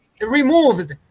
removed